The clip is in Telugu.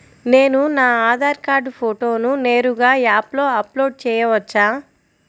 నేను నా ఆధార్ కార్డ్ ఫోటోను నేరుగా యాప్లో అప్లోడ్ చేయవచ్చా?